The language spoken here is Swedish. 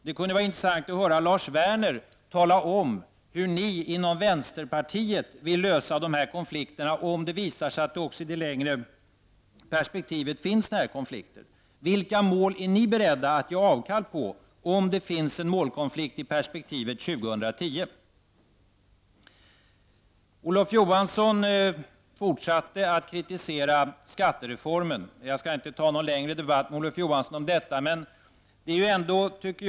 Det kunde vara intressant att höra Lars Werner redovisa hur ni inom vänsterpartiet vill lösa dessa konflikter, om det visar sig att det också i det längre perspektivet finns sådana. Vilka mål är ni beredda att ge avkall på, om det föreligger målkonflikter under perioden fram till år 2010? Olof Johansson fortsatte att kritisera skattereformen. Jag skall inte ha någon längre debatt med Olof Johansson om den saken.